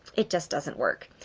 it just doesn't work.